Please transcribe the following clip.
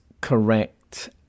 correct